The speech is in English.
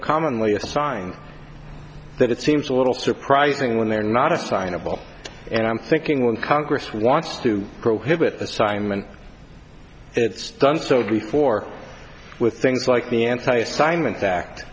commonly a sign that it seems a little surprising when they're not assignable and i'm thinking when congress wants to prohibit assignment it's done so before with things like the anti assignment that